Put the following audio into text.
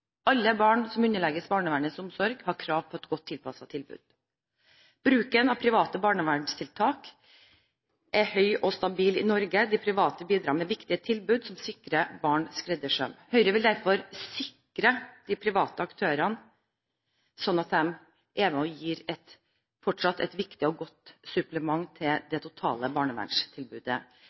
Alle barn som underlegges barnevernets omsorg, har krav på et godt tilpasset tilbud. Bruken av private barnevernstiltak er høy og stabil i Norge. De private bidrar med viktige tilbud som sikrer barn skreddersøm. Høyre vil derfor sikre de private aktørene, sånn at de fortsatt er med og gir et viktig og godt supplement til det totale barnevernstilbudet.